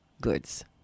goods